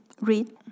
read